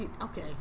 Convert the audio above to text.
okay